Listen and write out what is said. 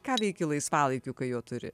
ką veiki laisvalaikiu kai jo turi